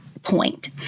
point